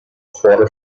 quarter